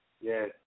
Yes